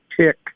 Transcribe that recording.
tick